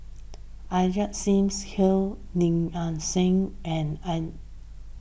Ajit Singh Gill Lim Nang Seng and Al